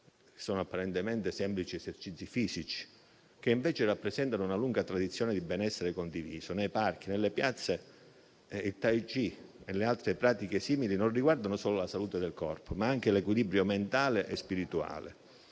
sono apparentemente semplici esercizi fisici, che invece rappresentano una lunga tradizione di benessere condiviso. Nei parchi e nelle piazze, il *tai chi* e le altre pratiche simili non riguardano solo la salute del corpo, ma anche l'equilibrio mentale e spirituale;